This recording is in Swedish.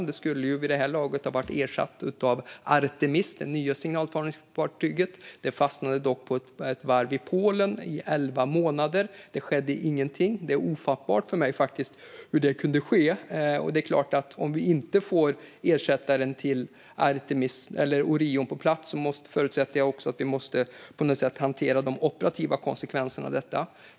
Det skulle ju vid det här laget ha varit ersatt av Artemis, det nya signalspaningsfartyget. Det fastnade dock på ett varv i Polen i elva månader. Det skedde ingenting. Det är för mig faktiskt ofattbart hur det kunde ske. Om vi inte får ersättaren till Orion på plats förutsätter jag att vi på något sätt måste hantera de operativa konsekvenserna av detta.